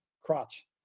crotch